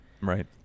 Right